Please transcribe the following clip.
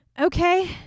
okay